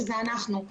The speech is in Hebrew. שזה אנחנו.